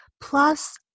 plus